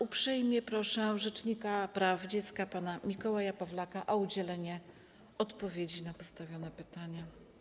Uprzejmie proszę rzecznika praw dziecka pana Mikołaja Pawlaka o udzielenie odpowiedzi na postawione pytania.